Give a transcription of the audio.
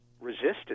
resistance